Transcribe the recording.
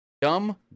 Dumb